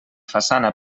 façana